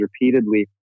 repeatedly